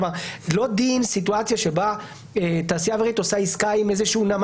כלומר לא דין סיטואציה שבה תעשייה אווירית עושה עסקה עם איזה שהוא נמל,